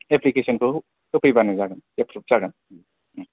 एप्लिकेसनखौ होफैबानो जागोन एप्रुब जागोन